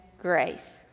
grace